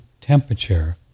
temperature